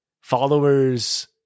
followers